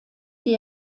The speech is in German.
die